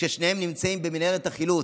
כששניהם נמצאים במנהרת החילוץ.